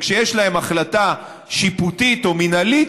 וכשיש להם החלטה שיפוטית או מינהלית